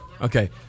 Okay